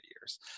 years